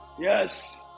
Yes